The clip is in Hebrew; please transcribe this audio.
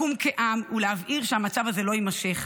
לקום כעם ולהבהיר שהמצב הזה לא יימשך.